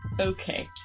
okay